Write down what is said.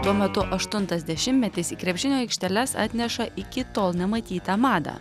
tuo metu aštuntas dešimtmetis į krepšinio aikšteles atneša iki tol nematytą madą